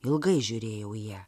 ilgai žiūrėjau į ją